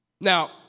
Now